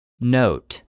Note